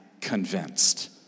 convinced